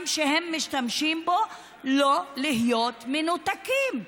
שהם משתמשים בהם לא להיות מנותקים?